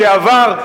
תתחייב.